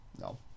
no